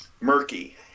murky